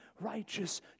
righteous